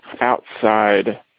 outside